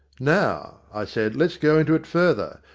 now, i said, let's go into it further,